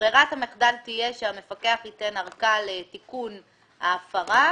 ברירת המחדל תהיה שהמפקח ייתן ארכה לתיקון ההפרה